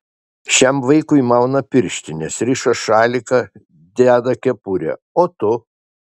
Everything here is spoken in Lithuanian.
šiam vaikui mauna pirštines riša šaliką deda kepurę o tu